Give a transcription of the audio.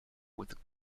with